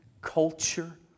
culture